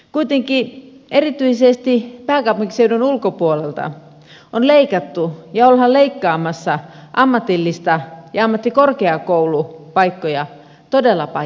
kuitenkin erityisesti pääkaupunkiseudun ulkopuolelta on leikattu ja ollaan leikkaamassa ammatti ja ammattikorkeakoulupaikkoja todella paljon